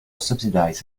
subsidized